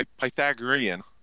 Pythagorean –